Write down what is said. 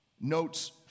notes